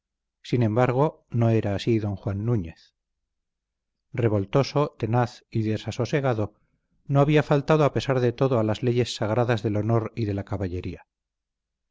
sin embargo no era así don juan núñez revoltoso tenaz y desasosegado no había faltado a pesar de todo a las leyes sagradas del honor y de la caballería